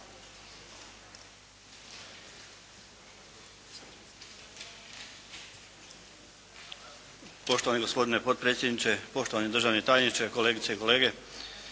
Poštovani gospodine potpredsjedniče, poštovani državni tajniče, kolegice i kolege.